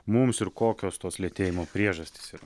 mums ir kokios tos lėtėjimo priežastys yra